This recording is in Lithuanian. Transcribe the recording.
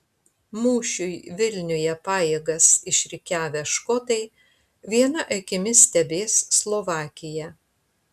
mūšiui vilniuje pajėgas išrikiavę škotai viena akimi stebės slovakiją